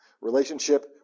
relationship